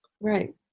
Right